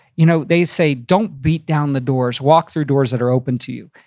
you know they say don't beat down the doors, walk through doors that are open to you.